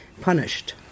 punished